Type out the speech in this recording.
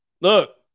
Look